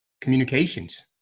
communications